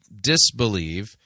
disbelieve